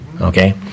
okay